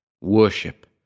Worship